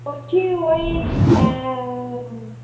বলছি ওই